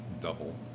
double